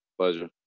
Pleasure